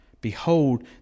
Behold